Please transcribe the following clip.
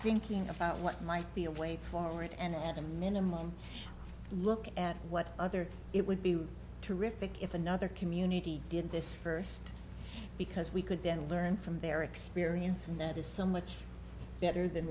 thinking about what might be a way forward and at the minimum look at what other it would be terrific if another community did this first because we could then learn from their experience and that is so much better than